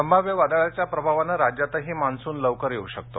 संभाव्य वादळाच्या प्रभावानं राज्यातही मान्सून लवकर येऊ शकतो